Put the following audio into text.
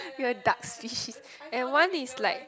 you're dark fish and one is like